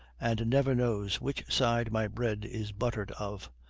and never knows which side my bread is buttered of.